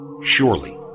Surely